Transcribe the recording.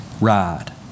ride